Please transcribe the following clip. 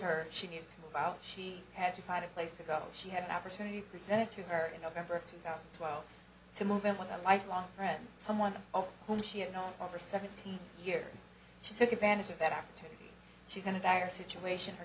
her she needed to move out she had to find a place to go she had an opportunity presented to her in november of two thousand and twelve to move in with a lifelong friend someone whom she had no one for seventeen years she took advantage of that activity she's in a dire situation her